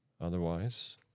Otherwise